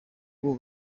ubu